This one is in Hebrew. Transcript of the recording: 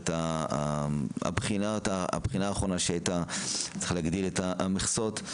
הבחינה האחרונה שהייתה שצריכה להגדיל את המכסות.